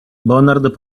bonard